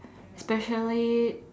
especially